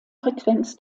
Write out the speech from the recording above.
frequenz